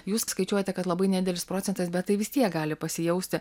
jūs skaičiuojate kad labai nedidelis procentas bet tai vis tiek gali pasijausti